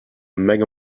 mega